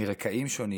מרקעים שונים